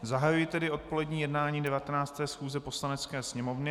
Zahajuji tedy odpolední jednání 19. schůze Poslanecké sněmovny.